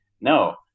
no